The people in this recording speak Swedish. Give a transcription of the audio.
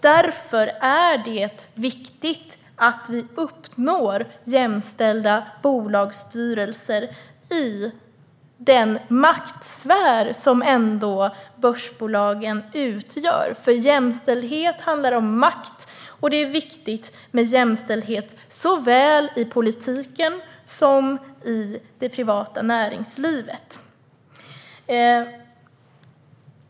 Därför är det viktigt att vi uppnår jämställda bolagsstyrelser i den maktsfär som börsbolagen ändå utgör. Jämställdhet handlar om makt. Det är viktigt med jämställdhet, inom såväl politiken som det privata näringslivet.